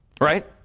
right